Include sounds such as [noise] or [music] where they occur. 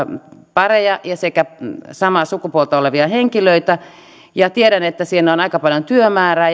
pareja ja samaa sukupuolta olevia henkilöitä ja tiedän että siinä on aika paljon työmäärää [unintelligible]